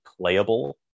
playable